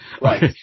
right